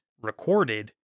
recorded